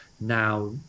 now